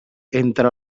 entre